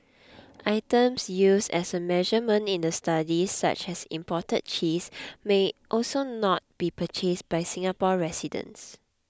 items used as a measurement in the study such as imported cheese may also not be purchased by Singapore residents